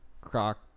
Croc